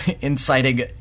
inciting